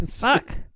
Fuck